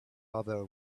other